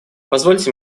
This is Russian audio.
позвольте